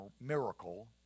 miracle